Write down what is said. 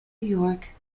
york